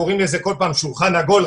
קוראים לזה כל פעם שולחן עגול,